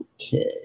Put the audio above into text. okay